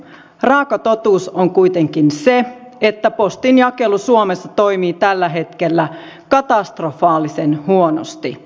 raaka totuus on kuitenkin se että postinjakelu suomessa toimii tällä hetkellä katastrofaalisen huonosti